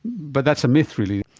but that's a myth really.